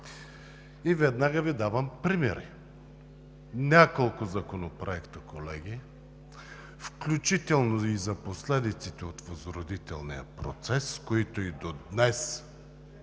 Веднага Ви давам примери. Няколко законопроекта, колеги, включително и за последиците от възродителния процес, които и до днес